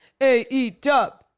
AEW